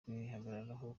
kwihagararaho